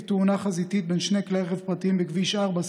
תאונה חזיתית בין שני כלי רכב פרטיים בכביש 4,